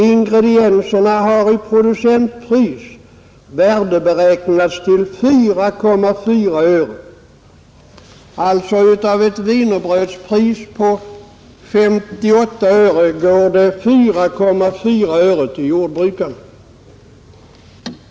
Ingredienserna har i producentpris värdeberäknats till 4,4 öre.” Av ett wienerbrödspris på 58 öre går alltså 4,4 öre till jordbrukarna.